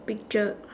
picture